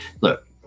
look